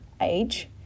age